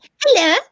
Hello